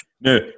No